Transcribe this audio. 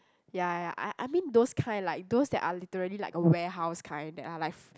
ya ya ya I I mean those kind like those that are literally like a warehouse kind that are like f~